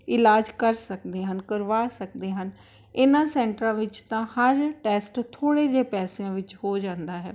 ਇਲਾਜ ਕਰ ਸਕਦੇ ਹਨ ਕਰਵਾ ਸਕਦੇ ਹਨ ਇਹਨਾਂ ਸੈਂਟਰਾਂ ਵਿੱਚ ਤਾਂ ਹਰ ਟੈਸਟ ਥੋੜ੍ਹੇ ਜਿਹੇ ਪੈਸਿਆਂ ਵਿੱਚ ਹੋ ਜਾਂਦਾ ਹੈ